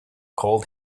cold